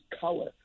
color